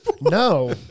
No